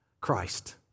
Christ